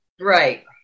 right